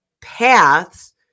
paths